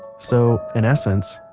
so, in essence,